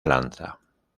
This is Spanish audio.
lanza